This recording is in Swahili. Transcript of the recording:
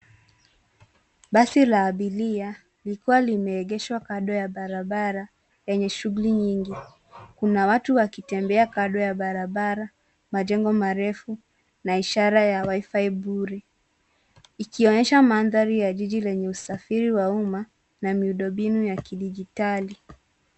Basi la abiria likiwa limeegeshwa kando ya barabara yenye shughuli nyingi. Kuna watu wakitembea kando ya barabara, majengo marefu na ishara ya wifi bure, ikionyesha mandhari ya jiji lenye usafiri wa umma na miundombinu ya kidijitali.